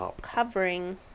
covering